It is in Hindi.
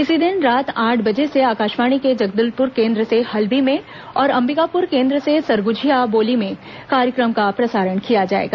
इसी दिन रात आठ बजे से आकाशवाणी के जगदलपुर केंद्र से हल्बी में और अंबिकापुर केंद्र से सरगुजिहा बोली में कार्यक्रम का प्रसारण किया जाएगा